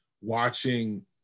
watching